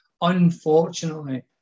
unfortunately